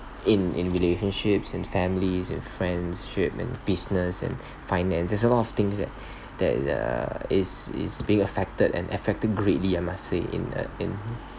in in relationships and families and friendship and business and finance there's a lot of things that that err it's it's being affected and affected greatly I must say in uh in